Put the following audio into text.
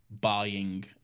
buying